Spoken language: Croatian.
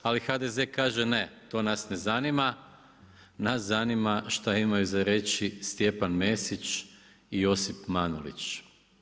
Ali HDZ kaže ne, to nas ne zanima, nas zanima šta imaju za reći Stjepan Mesić i Josip Manulić.